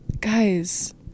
guys